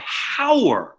power